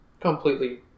completely